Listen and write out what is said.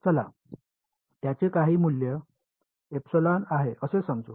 चला त्याचे काही मूल्य आहे असे समजू